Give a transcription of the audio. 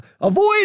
avoid